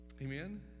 Amen